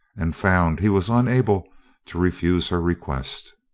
and found he was unable to refuse her request.